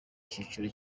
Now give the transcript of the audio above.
cyiciro